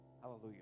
Hallelujah